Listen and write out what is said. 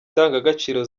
ndangagaciro